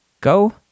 go